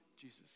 Jesus